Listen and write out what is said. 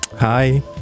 Hi